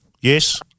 yes